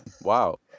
Wow